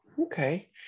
Okay